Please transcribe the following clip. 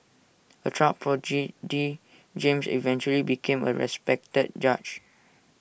A child prodigy James eventually became A respected judge